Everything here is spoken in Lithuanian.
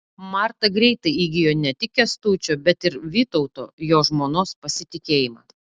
marta greitai įgijo ne tik kęstučio bet ir vytauto jo žmonos pasitikėjimą